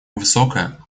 высокая